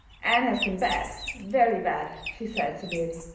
ann has been bad very bad, she said severely.